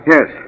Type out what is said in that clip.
Yes